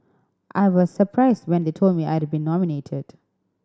I was surprised when they told me I had been nominated